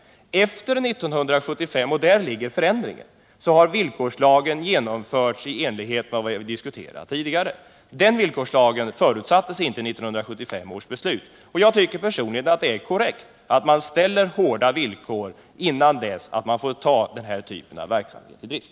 Efter 1975 — då inträder förändringen — har villkorslagen genomförts i enlighet med vad vi diskuterade tidigare. Villkorslagen förutsattes inte vid 1975 års beslut. Personligen anser jag att det är korrekt att man uppställer hårda villkor innan en sådan här verksamhet får tas i drift.